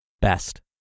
best